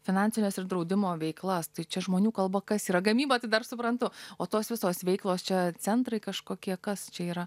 finansines ir draudimo veiklas tai čia žmonių kalba kas yra gamyba tai dar suprantu o tos visos veiklos čia centrai kažkokie kas čia yra